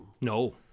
No